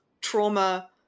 trauma